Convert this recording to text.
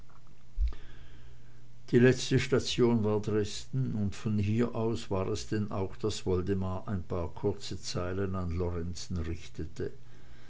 die letzte station war dresden und von hier aus war es denn auch daß woldemar ein paar kurze zeilen an lorenzen richtete